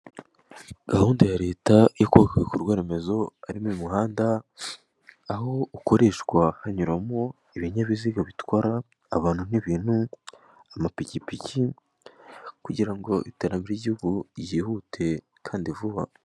Gahunda ya leta yo kubaka ibikorwaremezo, harimo umuhanda aho ukoreshwa hanyuramo ibinyabiziga bitwara abantu n'ibintu, amapikipiki, kugira ngo iterambere ry'igihugu ryihute kandi vuba.